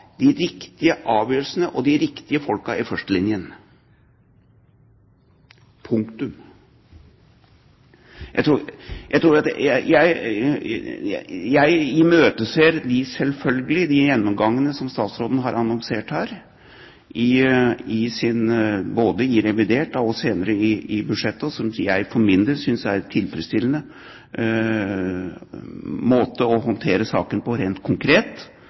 de riktige avgjørelsene og ha de riktige folkene i førstelinjen. Punktum! Jeg imøteser selvfølgelig de gjennomgangene som statsråden her har annonsert, både i revidert og senere i budsjettet, og som jeg for min del synes er en tilfredsstillende måte å håndtere sakene på rent konkret.